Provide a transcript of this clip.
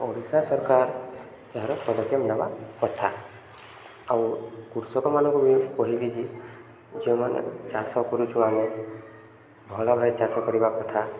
ଓଡ଼ିଶା ସରକାର ଏହାର ପଦକ୍ଷେପ ନେବା କଥା ଆଉ କୃଷକମାନଙ୍କୁ ବି ମୁଁ କହିବି ଯେ ଯେଉଁମାନେ ଚାଷ କରୁଛୁ ଆମେ ଭଲ ଭାବେ ଚାଷ କରିବା କଥା